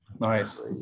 Nice